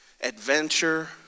Adventure